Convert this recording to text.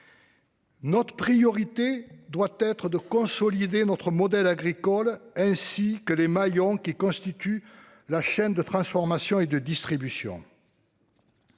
Notre priorité doit être de consolider notre modèle agricole, ainsi que les maillons qui constituent la chaîne de transformation et de distribution.